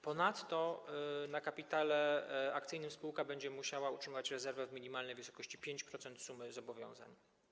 Ponadto jako kapitał akcyjny spółka będzie musiała utrzymywać rezerwę w minimalnej wysokości 5% sumy zobowiązań.